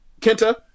Kenta